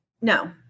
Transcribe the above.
No